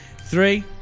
Three